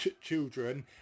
children